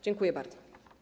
Dziękuję bardzo.